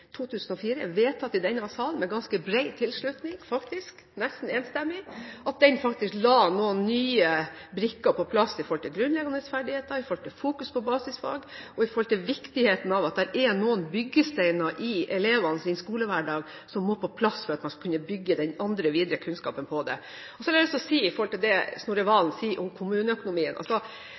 2004, vedtatt i denne salen med ganske bred tilslutning faktisk, nesten enstemmig, la noen nye brikker på plass når det gjelder grunnleggende ferdigheter, fokus på basisfag og viktigheten av at det er noen byggesteiner i elevenes skolehverdag som må plass for at man skal kunne bygge den videre kunnskapen på det. Så har jeg lyst til å si til det som Snorre Serigstad Valen sa om kommuneøkonomien: